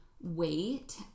wait